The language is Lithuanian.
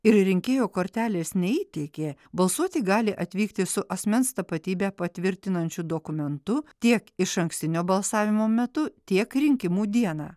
ir rinkėjo kortelės neįteikė balsuoti gali atvykti su asmens tapatybę patvirtinančiu dokumentu tiek išankstinio balsavimo metu tiek rinkimų dieną